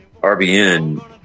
RBN